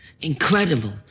Incredible